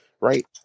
right